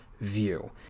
view